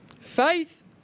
Faith